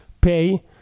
pay